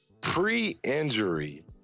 pre-injury